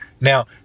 Now